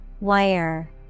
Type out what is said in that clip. Wire